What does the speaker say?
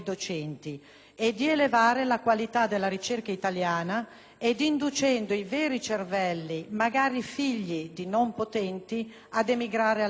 e di elevare la qualità della ricerca italiana ed inducendo i veri cervelli, magari figli di non potenti, ad emigrare all'estero.